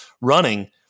running